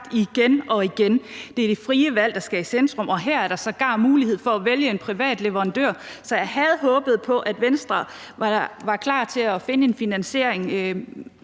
igen og igen. Det er det frie valg, der skal i centrum, og her er der sågar mulighed for at vælge en privat leverandør. Så jeg havde håbet på, at Venstre var klar til at finde en finansiering,